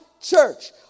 church